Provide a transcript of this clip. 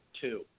two